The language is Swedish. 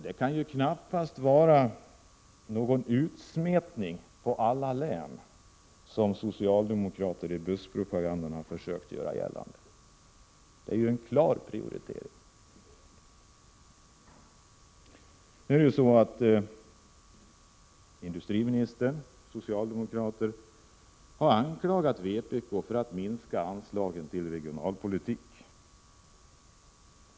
Det kan knappast bli någon ”utsmetning” på alla län, vilket socialdemokrater har gjort gällande i buskpropagandan, utan det är ju en klar prioritering av några län. Industriministern och andra socialdemokrater har anklagat vpk för att minska anslagen till regionalpolitik.